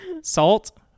salt